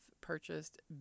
purchased